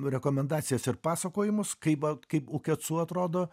rekomendacijas ir pasakojimus kaip va kaip ukecu atrodo